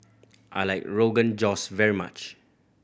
I like Rogan Josh very much